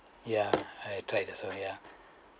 ya I try also ya